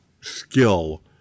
skill